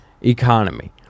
Economy